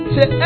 Say